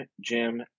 Jim